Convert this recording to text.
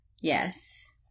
Yes